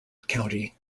county